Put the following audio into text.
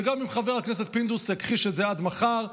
וגם אם חבר הכנסת פינדרוס יכחיש את זה עד מחר,